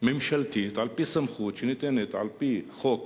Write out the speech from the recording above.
ממשלתית על-פי סמכות, שניתנת על-פי חוק